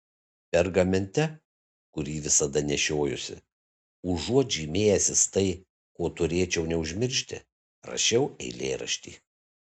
pergamente kurį visada nešiojuosi užuot žymėjęsis tai ko turėčiau neužmiršti rašiau eilėraštį